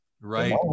Right